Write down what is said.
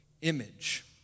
image